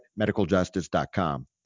medicaljustice.com